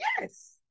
Yes